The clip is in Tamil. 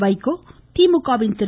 வைகோ திமுக வின் திரு